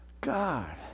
God